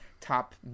top